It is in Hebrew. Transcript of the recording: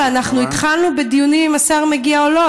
אבל התחלנו בדיונים אם השר מגיע או לא,